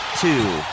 two